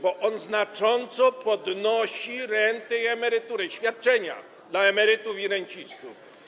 Bo on znacząco podnosi renty i emerytury, świadczenia dla emerytów i rencistów.